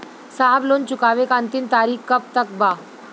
साहब लोन चुकावे क अंतिम तारीख कब तक बा?